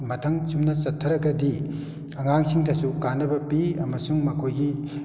ꯃꯊꯪ ꯆꯨꯝꯅ ꯆꯠꯊꯔꯒꯗꯤ ꯑꯉꯥꯡꯁꯤꯡꯗꯁꯨ ꯀꯥꯟꯅꯕ ꯄꯤ ꯑꯃꯁꯨꯡ ꯃꯈꯣꯏꯒꯤ